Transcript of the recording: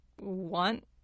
want